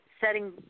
setting